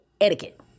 etiquette